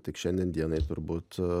tik šiandien dienai turbūt